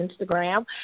Instagram